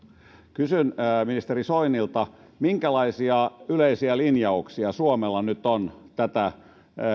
kysyn ministeri soinilta minkälaisia yleisiä linjauksia suomella nyt on tätä